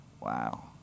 Wow